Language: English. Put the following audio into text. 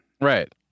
Right